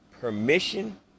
permission